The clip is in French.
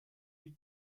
eût